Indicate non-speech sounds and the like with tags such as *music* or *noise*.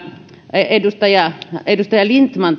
edustaja lindtman *unintelligible*